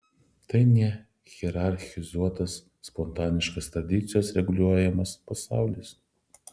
tai nehierarchizuotas spontaniškas tradicijos reguliuojamas pasaulis